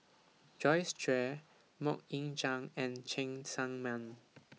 Joyce Jue Mok Ying Jang and Cheng Tsang Man